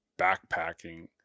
backpacking